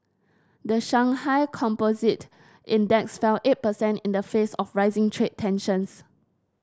the Shanghai Composite Index fell eight percent in the face of rising trade tensions